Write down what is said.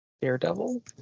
Daredevil